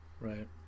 Right